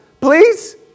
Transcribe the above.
please